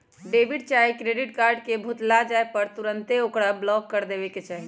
debit चाहे credit card के भुतला जाय पर तुन्ते ओकरा ब्लॉक करबा देबेके चाहि